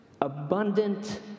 abundant